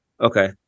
Okay